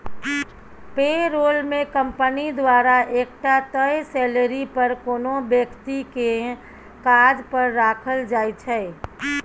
पे role मे company द्वारा एकटा तय सेलरी पर कोनो बेकती केँ काज पर राखल जाइ छै